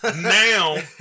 Now